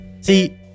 See